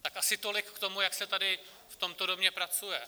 Tak asi tolik k tomu, jak se tady v tomto domě pracuje.